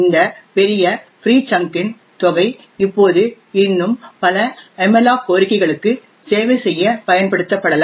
இந்த பெரிய free chunk இன் தொகை இப்போது இன்னும் பல மல்லோக் கோரிக்கைகளுக்கு சேவை செய்ய பயன்படுத்தப்படலாம்